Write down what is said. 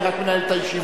אני רק מנהל את הישיבה,